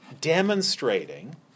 demonstrating